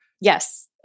Yes